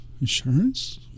insurance